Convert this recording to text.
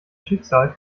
schicksal